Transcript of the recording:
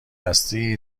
هستی